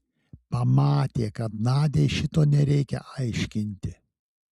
pamatė kad nadiai šito nereikia aiškinti